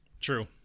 True